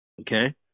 okay